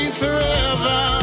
forever